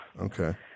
Okay